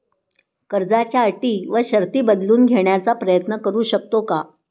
कर्जाच्या अटी व शर्ती बदलून घेण्याचा प्रयत्न करू शकतो का?